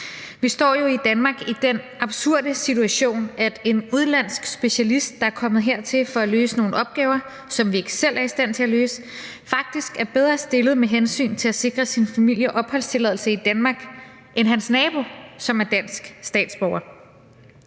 Vi står jo i Danmark i den absurde situation, at en udenlandsk specialist, der er kommet hertil for at løse nogle opgaver, som vi ikke selv er i stand til at løse, faktisk er bedre stillet med hensyn til at sikre sin familie opholdstilladelse i Danmark end hans nabo, som er dansk statsborger.